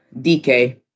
DK